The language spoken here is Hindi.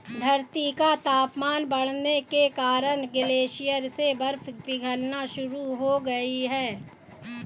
धरती का तापमान बढ़ने के कारण ग्लेशियर से बर्फ पिघलना शुरू हो गयी है